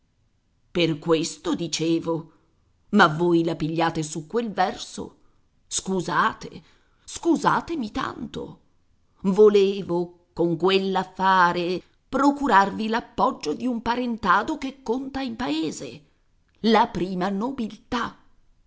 per questo dicevo ma voi la pigliate su quel verso scusate scusatemi tanto volevo con quell'affare procurarvi l'appoggio di un parentado che conta in paese la prima nobiltà